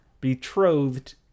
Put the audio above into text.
betrothed